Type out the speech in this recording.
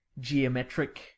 geometric